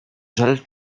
żel